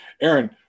Aaron